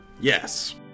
Yes